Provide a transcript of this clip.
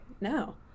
No